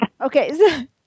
Okay